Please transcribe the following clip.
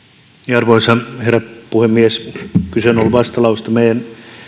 arvoisa herra puhemies kyse on ollut vastalauseesta meidän